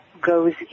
goes